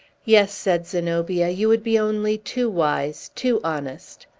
yes, said zenobia, you would be only too wise, too honest.